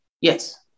Yes